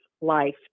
life